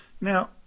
Now